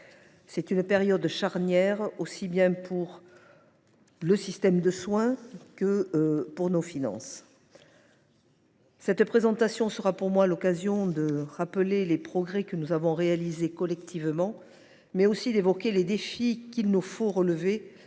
C’est une période charnière aussi bien pour le système de soins que pour nos finances. Présenter ce projet de loi me donne l’occasion de rappeler les progrès que nous avons réalisés collectivement, mais aussi d’évoquer les défis que nous devrons relever